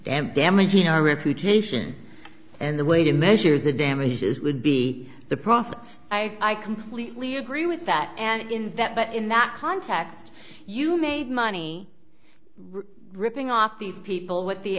and damage your reputation and the way to measure the damages would be the profits i completely agree with that and in that but in that context you made money ripping off these people what the